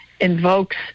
invokes